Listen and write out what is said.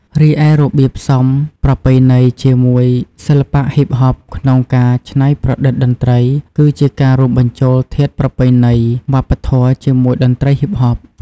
រីឯរបៀបផ្សំប្រពៃណីជាមួយសិល្បៈហ៊ីបហបក្នុងការច្នៃប្រឌិតតន្ត្រី គឺជាការរួមបញ្ចូលធាតុប្រពៃណីវប្បធម៌ជាតិជាមួយតន្ត្រីទំនើប។